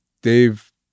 Dave